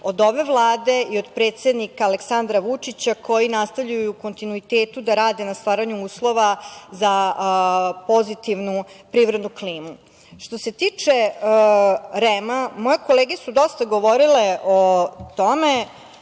od ove Vlade i od predsednika Aleksandra Vučića koji nastavljaju u kontinuitetu da rade na stvaranju uslova za pozitivnu privrednu klimu. Što se tiče REM-a, moje kolege su dosta govorile o tome.